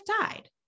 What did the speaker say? died